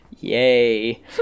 Yay